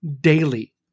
daily